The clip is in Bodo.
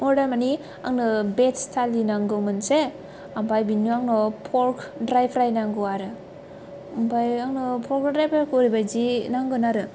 अर्डार मानि आंनो भेज थालि नांगौ मोनसे आमफ्राय बेनि उनाव पर्क ड्राइ फ्राय नांगौ आरो आमफ्राय आंनो पर्क ड्राइ फ्रायखौ एरैबायदि नांगोन आरो